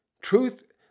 truth